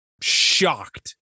shocked